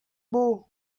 beau